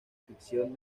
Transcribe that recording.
ficción